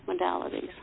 modalities